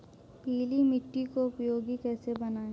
पीली मिट्टी को उपयोगी कैसे बनाएँ?